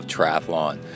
Triathlon